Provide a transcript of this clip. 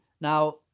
Now